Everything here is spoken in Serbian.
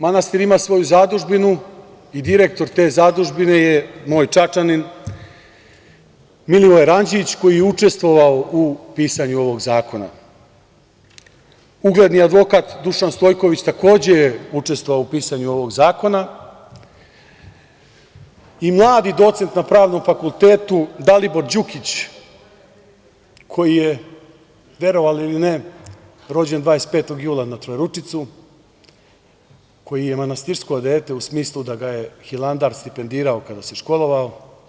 Manastir ima svoju zadužbinu i direktor te zadužbine je moj Čačanin, Milivoje Ranđić koji je učestvovao u pisanju ovog zakona, ugledni advokat Dušan Stojković takođe je učestvovao u pisanju ovog zakona, i mladi docent za Pravnom fakultetu Dalibor Đukić koji je, verovali ili ne, rođen 25. jula na Trojeručicu, koji je manastirsko dete u smislu da ga je Hilandar stipendirao kada se školovao.